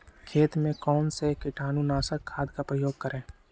खेत में कौन से कीटाणु नाशक खाद का प्रयोग करें?